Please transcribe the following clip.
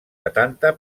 setanta